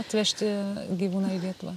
atvežti gyvūną į lietuvą